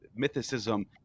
mythicism